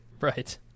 Right